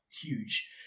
huge